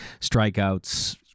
strikeouts